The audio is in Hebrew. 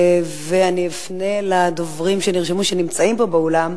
ואני אפנה אל דוברים שנרשמו ונמצאים פה באולם.